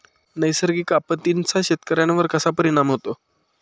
नैसर्गिक आपत्तींचा शेतकऱ्यांवर कसा परिणाम होतो?